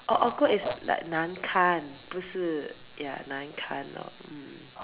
orh awkward is like 难看不是 ya 难看 lor mm